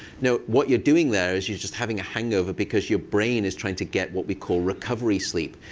no, what you're doing there is you're just having a hangover because your brain is trying to get what we call recovery sleep.